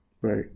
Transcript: right